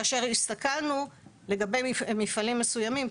כאשר הסתכלנו לגבי מפעלים מסוימים.